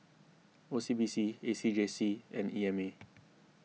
O C B C A C J C and E M A